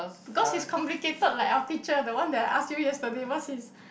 because he's complicated like our teacher the one that I ask you yesterday what's his